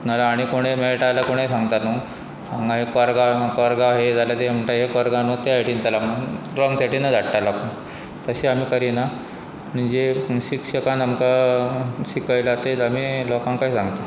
नाल्या आणनी कोण मेळटा जाल्यार कोणेंय सांगता न्हू हांगा कोरगांव कोरगांव हें जाल्या ते म्हणटा हे कोरगांव न्हू ते हाटिनतालो रोंग सेयटिनच धाडटा लोकांक तशें आमी करिना आनी जे शिक्षकान आमकां शिकयलां तेच आमी लोकांकांय सांगता